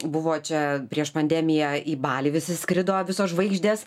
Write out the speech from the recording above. buvo čia prieš pandemiją į balį visi skrido visos žvaigždės